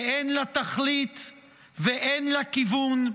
כי אין לה תכלית ואין לה כיוון,